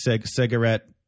cigarette